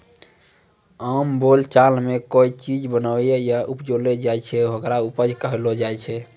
आम बोलचाल मॅ कोय चीज बनैलो या उपजैलो जाय छै, होकरे उपज कहलो जाय छै